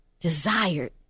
desired